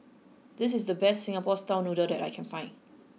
this is the best Singapore style noodles that I can find